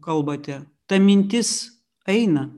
kalbate ta mintis eina